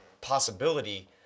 possibility